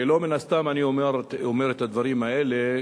ולא סתם אני אומר את הדברים האלה,